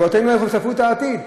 אבותינו צפו את העתיד,